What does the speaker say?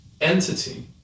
entity